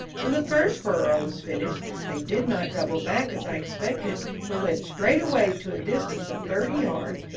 when the first furrow was finished, they did not double back, as i expected, but went straight away to a distance of thirty yards,